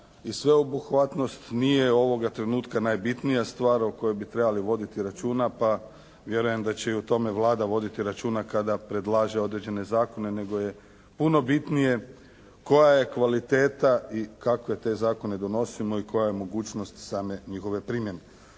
i sveobuhvatnost nije ovoga trenutka najbitnija stvar o kojoj bi trebali voditi računa pa vjerujem da će i o tome Vlada voditi računa kada predlaže određene zakone nego je puno bitnije koja je kvaliteta i kakve te zakone donosimo i koja je mogućnost same njihove primjene.